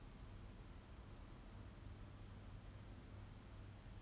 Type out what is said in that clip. the wealth is being redistributed to us in a sense also